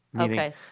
Okay